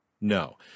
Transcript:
No